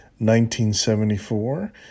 1974